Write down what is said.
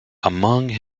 among